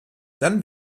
dann